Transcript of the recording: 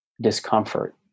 discomfort